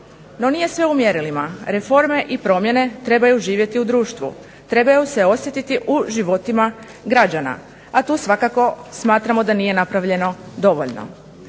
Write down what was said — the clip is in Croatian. No nije sve u mjerilima. Reforme i promjene trebaju živjeti u društvu, trebaju se osjetiti u životima građana, a tu svakako smatramo da nije napravljeno dovoljno.